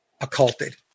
occulted